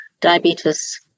diabetes